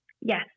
Yes